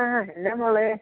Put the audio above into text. ആ എന്നാ മോളെ